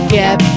get